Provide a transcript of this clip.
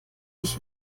ich